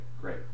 great